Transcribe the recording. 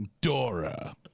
Dora